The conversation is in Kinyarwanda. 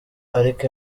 ariko